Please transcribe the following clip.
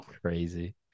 crazy